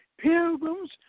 Pilgrims